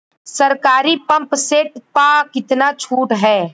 सरकारी pump set प कितना छूट हैं?